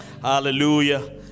Hallelujah